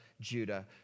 Judah